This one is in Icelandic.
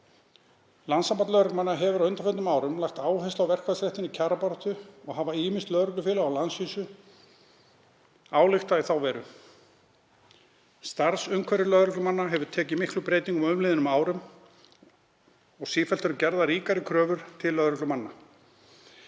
Landssamband lögreglumanna hefur á undanförnum árum lagt áherslu á verkfallsréttinn í kjarabaráttu og hafa ýmis lögreglufélög á landsvísu ályktað í þá veru. Starfsumhverfi lögreglumanna hefur tekið miklum breytingum á umliðnum árum og gerðar eru sífellt ríkari kröfur til lögreglumanna.